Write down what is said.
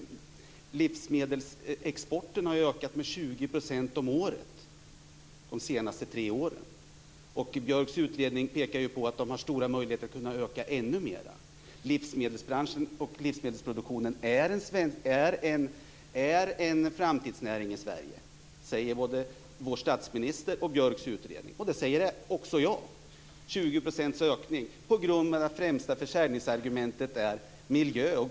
Livsmedelsexporten har ju ökat med 20 % om året de senaste tre åren, och Björks utredning pekar på att den har stora möjligheter att öka ännu mera. Livsmedelsbranschen och livsmedelsproduktionen är en framtidsnäring i Sverige. Det säger både vår statsminister och Björk i sin utredning, och det säger också jag. Den har fått 20 % ökning med god miljö och djurhållning som främsta försäljningsargument.